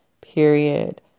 period